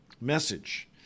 message